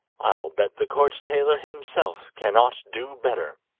i'll bet the court tailor himself cannot do better.